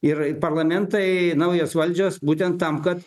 ir parlamentai naujos valdžios būtent tam kad